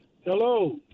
Hello